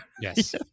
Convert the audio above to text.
Yes